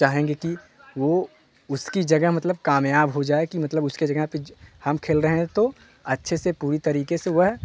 चाहेंगे कि वो उसकी जगह मतलब कामयाब हो जाए कि मतलब उसके जगह पर हम खेल रहे हैं तो अच्छे से पूरी तरीक़े से वह